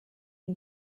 and